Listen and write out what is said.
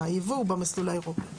הייבוא הוא במסלול האירופי.